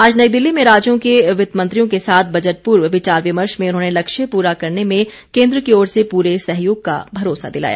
आज नई दिल्ली में राज्यों के वित्तमंत्रियों के साथ बजट पूर्व विचार विमर्श में उन्होंने लक्ष्य पूरा करने में केन्द्र की ओर से पूरे सहयोग का भरोसा दिलाया